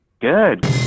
Good